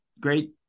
great